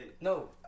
no